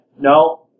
No